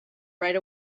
right